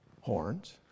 horns